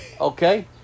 Okay